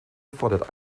erfordert